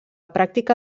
pràctica